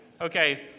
Okay